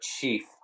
chief